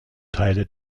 teile